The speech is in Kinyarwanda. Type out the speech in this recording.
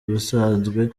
busanzwe